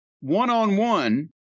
one-on-one